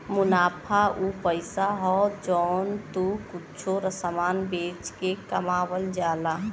मुनाफा उ पइसा हौ जौन तू कुच्छों समान बेच के कमावल जाला